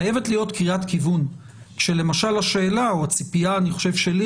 חייבת להיות קריאת כיוון כאשר למשל השאלה או הציפייה אני חושב שלי,